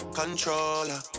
controller